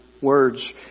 words